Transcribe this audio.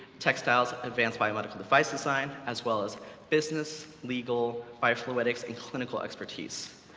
textiles, advanced biomedical device design, as well as business, legal, biofluidics, and clinical expertise.